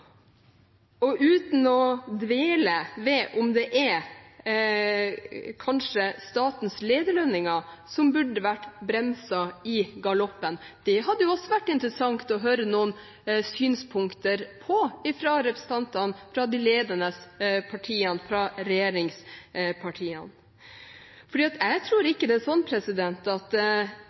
– uten å dvele ved om det kanskje er statens lederlønninger som burde vært bremset i galoppen; det hadde det også vært interessant å høre noen synspunkter på fra representantene fra de ledende partiene, fra regjeringspartiene. Jeg tror ikke det er sånn at